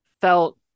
felt